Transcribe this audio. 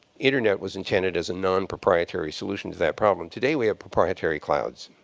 internet was intended as a nonproprietary solution to that problem. today we have proprietary clouds.